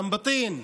אום בטין,